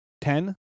ten